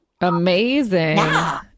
Amazing